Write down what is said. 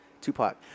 Tupac